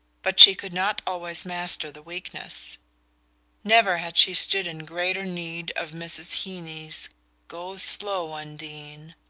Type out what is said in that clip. but she could not always master the weakness never had she stood in greater need of mrs. heeny's go slow. undine!